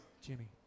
Jimmy